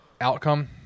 outcome